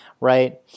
right